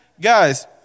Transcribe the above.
guys